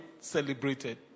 celebrated